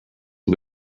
for